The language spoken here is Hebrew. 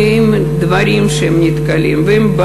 הדברים שהם נתקלים בהם,